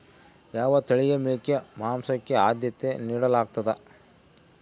ಯಾವ ತಳಿಯ ಮೇಕೆ ಮಾಂಸಕ್ಕೆ, ಆದ್ಯತೆ ನೇಡಲಾಗ್ತದ?